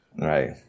right